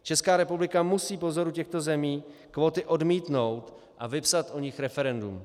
Česká republika musí po vzoru těchto zemí kvóty odmítnout a vypsat o nich referendum.